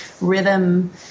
rhythm